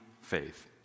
faith